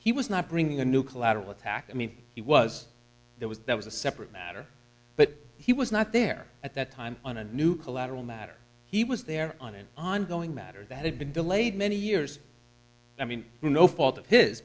he was not bringing a new collateral attack i mean he was there was there was a separate matter but he was not there at that time on a new collateral matter he was there on an ongoing matter that had been delayed many years i mean no fault of his